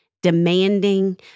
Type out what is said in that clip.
demanding